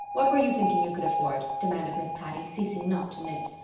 what were you thinking you could afford? demanded miss patty, ceasing not to knit.